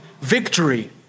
victory